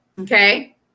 Okay